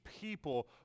people